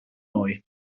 noi